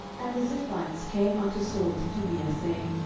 and the ziphites came unto saul to gibeah, saying,